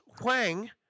Huang